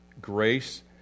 Grace